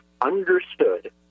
understood